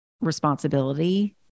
responsibility